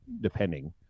depending